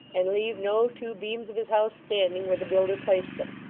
and leave no two beams of his house standing where the builder placed them.